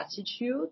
attitude